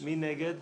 מי נגד?